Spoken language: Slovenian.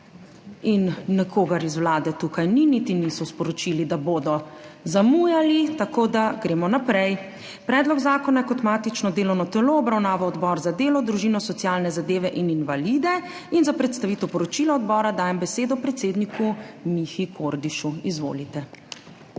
Nikogar iz Vlade ni tukaj, niti niso sporočili, da bodo zamujali, tako da gremo naprej. Predlog zakona je kot matično delovno telo obravnaval Odbor za delo, družino, socialne zadeve in invalide. Za predstavitev poročila odbora dajem besedo predsedniku Mihi Kordišu. Izvolite.